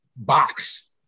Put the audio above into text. Box